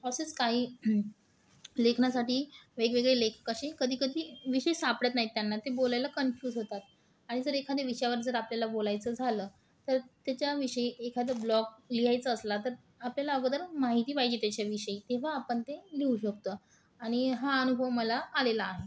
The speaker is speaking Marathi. असेच काही लेखनासाठी वेगवेगळे लेख कसे कधी कधी विषय सापडत नाहीत त्यांना ते बोलायला कन्फ्युज होतात आणि जर एखाद्या विषयावर जर आपल्याला बोलायचं झालं तर त्याच्याविषयी एखादं ब्लॉग लिहायचं असला तर आपल्याला अगोदर माहिती पाहिजे त्याच्याविषयी तेव्हा आपण ते लिहू शकतो आणि हा अनुभव मला आलेला आहे